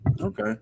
Okay